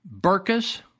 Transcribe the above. burkas